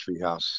treehouse